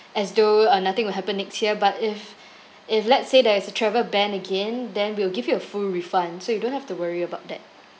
as though uh nothing will happen next year but if if let's say there is a travel ban again then we'll give you a full refund so you don't have to worry about that